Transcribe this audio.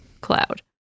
cloud